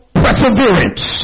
perseverance